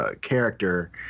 character